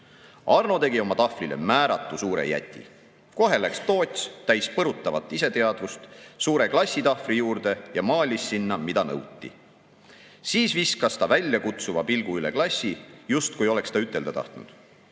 on!"Arno tegi oma tahvlile määratu suure jäti. Kohe läks Toots, täis põrutavat iseteadvust, suure klassitahvli juurde ja maalis sinna, mida nõuti. Siis viskas ta väljakutsuva pilgu üle klassi, justkui oleks ta ütelda tahtnud:"Mis